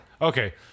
Okay